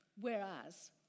Whereas